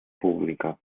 pública